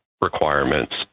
requirements